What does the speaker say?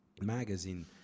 magazine